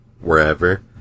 wherever